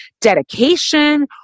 dedication